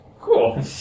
Cool